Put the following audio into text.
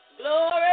Glory